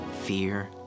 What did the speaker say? Fear